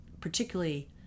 particularly